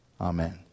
Amen